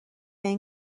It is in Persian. این